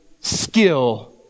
skill